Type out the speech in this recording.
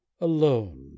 alone